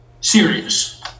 serious